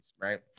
right